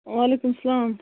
وعلیکُم سَلام